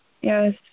Yes